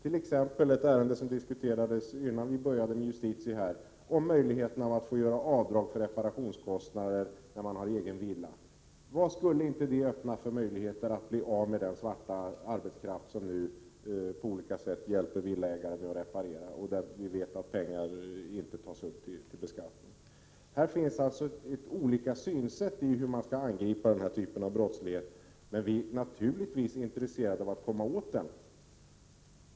Som exempel kan jag ta det ärende som diskuterades nyss, där möjligheten att göra avdrag för reparationskostnaderna när man har egen villa togs upp. Vilka möjligheter skulle det inte öppna för att bli av med den svarta arbetskraft som på olika sätt hjälper villaägare att reparera och där vi vet att pengar inte tas upp till beskattning! Det finns alltså olika synsätt beträffande hur den här typen av brottslighet skall angripas. Naturligtvis är vi intresserade av att komma åt den.